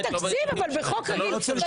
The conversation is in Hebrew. מילא בתקציב, אבל בחוק רגיל?